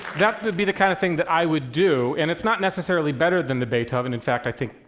that would be the kind of thing that i would do, and it's not necessarily better than the beethoven. in fact, i think